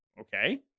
okay